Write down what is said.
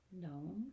No